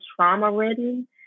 trauma-ridden